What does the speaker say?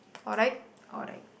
alright alright